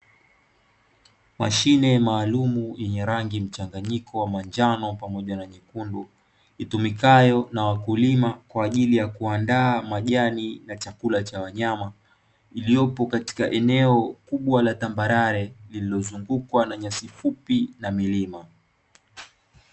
Mashine maalumu yenye rangi mchanganyiko wa manjano pamoja na nyekundu, itumikayo na wakulima kwa ajili ya kuandaa majani na chakula cha wanyama, iliyopo katika eneo kubwa la tambarare lililozungukwa na nyasi fupi na milima.